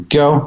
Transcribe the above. go